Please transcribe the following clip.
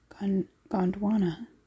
Gondwana